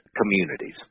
communities